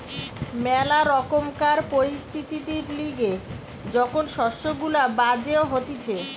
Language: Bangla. ম্যালা রকমকার পরিস্থিতির লিগে যখন শস্য গুলা বাজে হতিছে